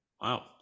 Wow